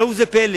ראו זה פלא,